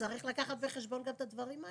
צריך לקחת בחשבון גם את הדברים האלה.